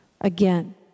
Again